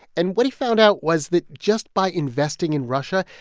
and what he found out was that just by investing in russia,